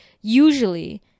usually